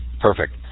Perfect